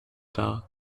dar